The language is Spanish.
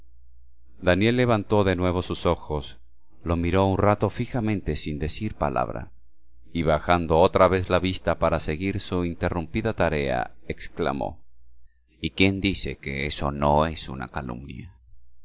daniel levantó de nuevo sus ojos lo miró un rato fijamente sin decir palabra y bajando otra vez la vista para seguir su interrumpida tarea exclamó y quién dice que eso no es una calumnia